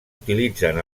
utilitzen